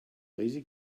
lazy